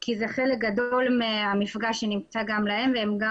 כי זה חלק גדול מהמפגע שנמצא גם אצלם והם גם